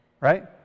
right